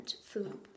food